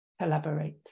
collaborate